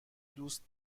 دوست